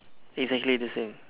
exactly the same